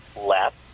left